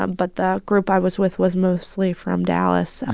ah but the group i was with was mostly from dallas.